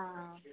ആ